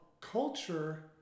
culture